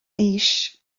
fhís